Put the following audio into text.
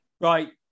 Right